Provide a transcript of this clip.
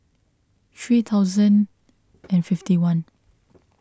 three thousand and fifty one